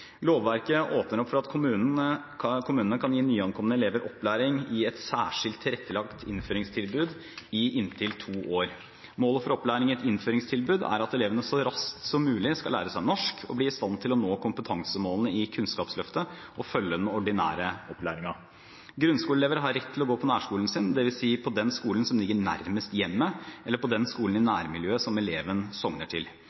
Lovverket åpner opp for at kommunene kan gi nyankomne elever opplæring i et særskilt tilrettelagt innføringstilbud i inntil to år. Målet for opplæring i et innføringstilbud er at elevene så raskt som mulig skal lære seg norsk, bli i stand til å nå kompetansemålene i Kunnskapsløftet og følge den ordinære opplæringen. Grunnskoleelever har rett til å gå på nærskolen sin, dvs. på den skolen som ligger nærmest hjemmet, eller på den skolen i nærmiljøet som eleven sogner til. Nyankomne elever i grunnskolealder har rett til